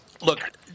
Look